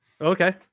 okay